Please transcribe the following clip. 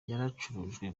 yaracurujwe